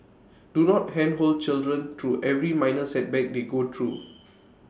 do not handhold children through every minor setback they go through